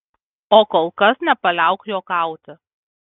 o kol kas nepaliauk juokauti